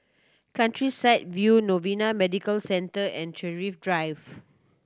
Countryside View Novena Medical Center and Thrift Drive